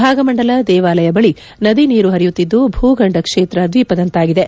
ಭಾಗಮಂಡಲ ದೇವಾಲಯ ಬಳಿ ನದಿ ನೀರು ಹರಿಯುತ್ತಿದ್ದು ಭಗಂಡಕ್ಷೇತ್ರ ದ್ವೀಪದಂತಾಗಿದೆ